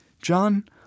John